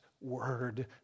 word